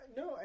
no